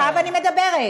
עכשיו אני מדברת.